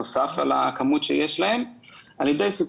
וכולנו כאזרחי מדינת ישראל נוכל ליהנות מהמינוף